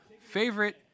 favorite